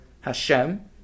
Hashem